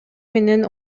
менен